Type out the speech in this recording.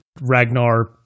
Ragnar